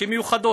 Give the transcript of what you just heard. שהן מיוחדות.